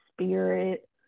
spirit